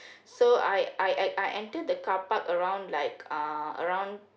so I I I entered the car park around like uh around